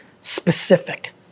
Specific